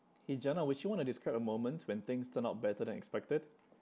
!hey! janna would you want to describe a moment when things turn out better than expected